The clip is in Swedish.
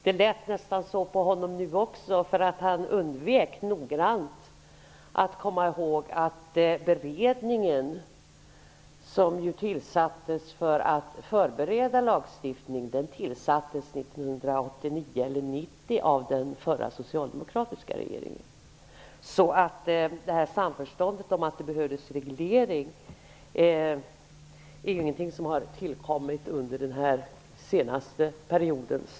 Det lät nästan så på honom nu också. Han undvek noggrant att komma ihåg att beredningen för att förbereda lagstiftningen ju tillsattes 1989 eller 1990 av den förra, socialdemokratiska, regeringen. Samförståndet om att det behövdes reglering är ingenting som har tillkommit under den senaste perioden.